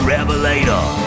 Revelator